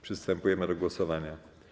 Przystępujemy do głosowania.